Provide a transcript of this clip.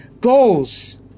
Goals